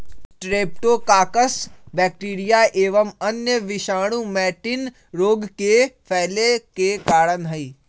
streptococcus bacteria एवं अन्य विषाणु मैटिन रोग के फैले के कारण हई